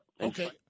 Okay